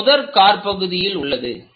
இது முதற்காற்பகுதியில் உள்ளது